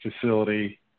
facility